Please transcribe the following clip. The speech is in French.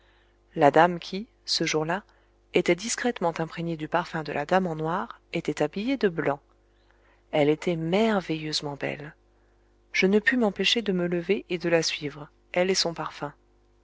la dame qui ce jour-là était discrètement imprégnée du parfum de la dame en noir était habillée de blanc elle était merveilleusement belle je ne pus m'empêcher de me lever et de la suivre elle et son parfum